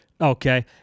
Okay